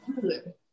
good